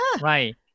right